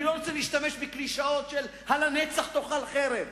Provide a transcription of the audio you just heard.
אני לא רוצה להשתמש בקלישאות של "הלנצח תאכל חרב".